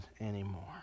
anymore